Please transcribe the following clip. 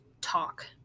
talk